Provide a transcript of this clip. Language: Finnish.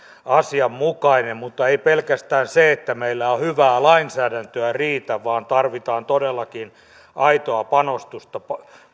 asianmukainen mutta ei pelkästään se että meillä on hyvää lainsäädäntöä riitä vaan tarvitaan todellakin aitoa panostusta